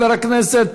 חבר הכנסת